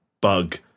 bug